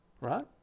right